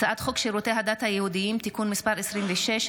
הצעת חוק שירותי הדת היהודיים (תיקון מס' 26),